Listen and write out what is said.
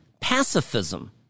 pacifism